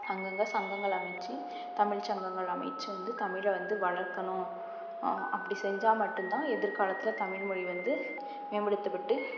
அங்கங்கே சங்கங்கள் அமைத்து தமிழ் சங்கங்கள் அமைத்து வந்து தமிழை வந்து வளர்க்கணும் அப்படி செஞ்சால் மட்டுந்தான் எதிர்காலத்தில் தமிழ்மொழி வந்து மேம்படுத்தப்பட்டு